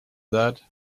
that